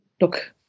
look